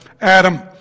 Adam